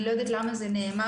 אני לא יודעת למה זה נאמר.